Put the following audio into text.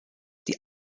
die